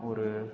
ஒரு